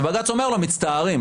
ובג"ץ אומר לו: מצטערים,